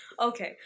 Okay